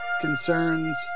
concerns